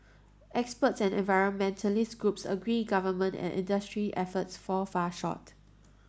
experts and environmentalist groups agree government and industry efforts fall far short